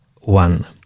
one